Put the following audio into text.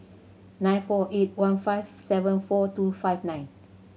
nine four eight one five seven four two five nine